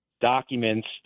documents